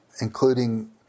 including